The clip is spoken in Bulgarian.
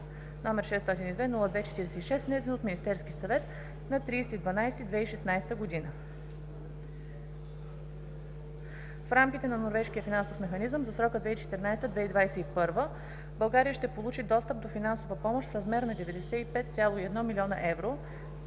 № 602-02-46, внесен от Министерския съвет на 30 декември 2016г. В рамките на Норвежкия финансов механизъм за срока 2014 – 2021 България ще получи достъп до финансова помощ в размер на 95,1 млн.евро